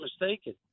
mistaken